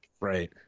Right